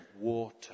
water